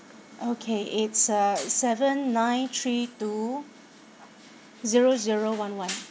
okay it's uh seven nine three two zero zero one one